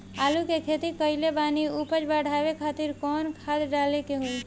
आलू के खेती कइले बानी उपज बढ़ावे खातिर कवन खाद डाले के होई?